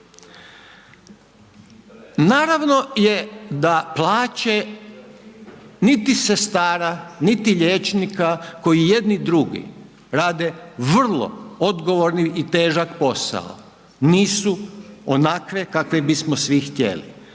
Naravno je da plaće niti sestara, niti liječnika koji jedni i drugi rade vrlo odgovorni i težak posao, nisu onakve kakve bismo svi htjeli,